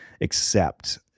accept